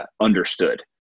understood